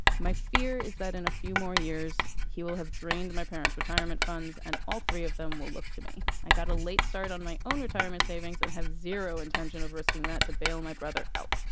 my fear is that in a few more years he will have drained my parents retirement funds and all three of them will look to me. i got a late start on my own retirement savings and have zero intention of risking that to bail my brother out.